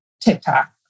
TikTok